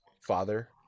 father